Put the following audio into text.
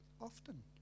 often